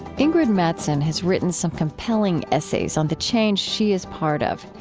ingrid mattson has written some compelling essays on the change she is part of.